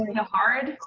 hard.